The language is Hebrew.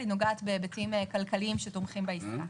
היא נוגעת בהיבטים כלכליים שתומכים בעסקה.